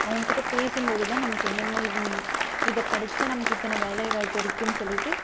அவங்க கிட்டே பேசும்போதுதான் நமக்கு என்னென்ன இதை படித்தா நமக்கு இத்தனை வேலை வாய்ப்பு இருக்குதுன்னு சொல்லிவிட்டு